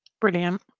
Brilliant